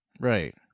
Right